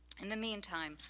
in the meantime,